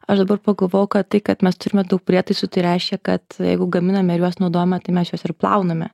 aš dabar pagalvojau kad tai kad mes turime daug prietaisų tai reiškia kad jeigu gaminame juos naudojame tai mes juos ir plauname